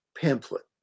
pamphlet